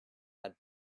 had